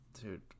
Dude